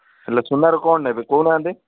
ହେଲେ ସୁନାର କ'ଣ ନେବେ କହୁନାହାନ୍ତି